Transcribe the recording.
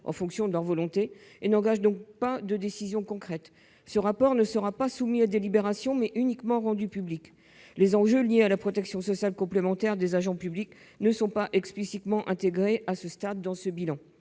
en fonction de leur volonté, et n'engage donc pas de décision concrète. Ce rapport ne sera pas soumis à délibération, mais il sera uniquement rendu public. Les enjeux liés à la protection sociale complémentaire des agents publics ne sont pas explicitement intégrés à ce stade dans ce bilan.